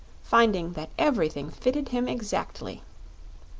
finding that everything fitted him exactly.